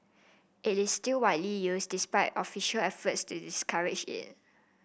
it is still widely used despite official efforts to discourage it